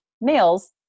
males